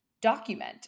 document